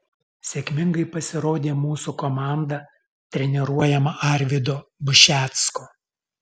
sėkmingai pasirodė mūsų komanda treniruojama arvydo bušecko